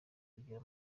kugera